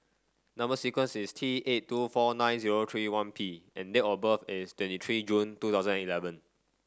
number sequence is T eight two four nine zero three one P and date of birth is twenty three June two thousand eleven